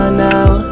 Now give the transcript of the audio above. now